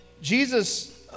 Jesus